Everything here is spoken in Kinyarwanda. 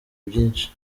byinshi